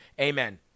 Amen